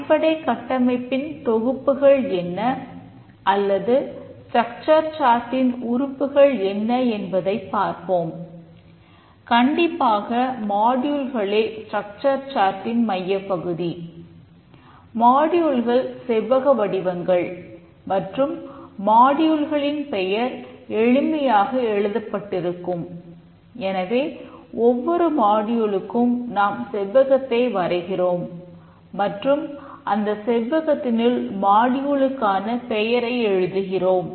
அடிப்படை கட்டமைப்பின் தொகுப்புகள் என்ன அல்லது ஸ்ட்ரக்சர் சார்ட்டின் பெயரை எழுதுகிறோம்